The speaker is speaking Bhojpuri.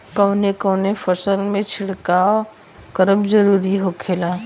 कवने कवने फसल में छिड़काव करब जरूरी होखेला?